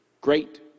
great